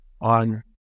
on